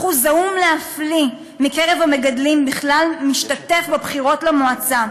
אחוז זעום להפליא מקרב המגדלים בכלל משתתף בבחירות למועצה,